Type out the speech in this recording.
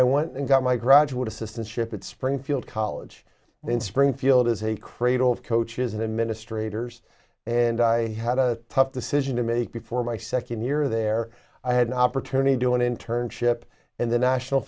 i went and got my graduate assistant ship at springfield college in springfield as a cradle of coaches and administrators and i had a tough decision to make before my second year there i had an opportunity to do an internship in the national